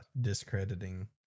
discrediting